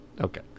Okay